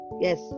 Yes